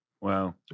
Wow